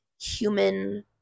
human